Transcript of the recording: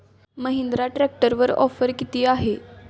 महिंद्रा ट्रॅक्टरवर ऑफर किती आहे?